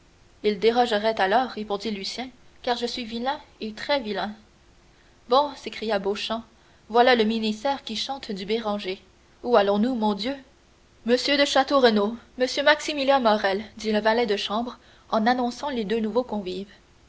il dérogerait alors répondit lucien car je suis vilain et très vilain bon s'écria beauchamp voilà le ministère qui chante du béranger où allons-nous mon dieu m de château renaud m maximilien morrel dit le valet de chambre en annonçant deux nouveaux convives